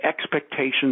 expectations